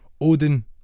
Odin